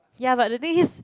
ya but the thing is